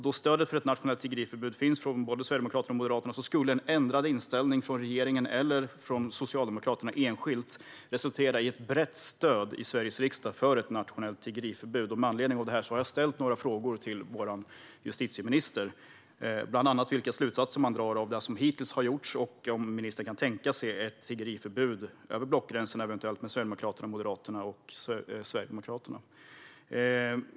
Då stödet för ett nationellt tiggeriförbud finns hos både Sverigedemokraterna och Moderaterna skulle en ändrad inställning från regeringen eller Socialdemokraterna enskilt kunna resultera i ett brett stöd för ett nationellt tiggeriförbud i Sveriges riksdag. Med anledning av det har jag ställt några frågor till vår justitieminister: Vilka slutsatser drar man av det som har gjorts hittills? Och kan ministern kan tänka sig en överenskommelse om ett tiggeriförbud över blockgränsen, mellan Socialdemokraterna, Sverigedemokraterna och Moderaterna?